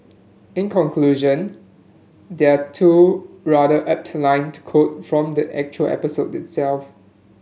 in conclusion there are two rather apt line to quote from the actual episode itself